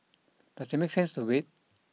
does it make sense to wait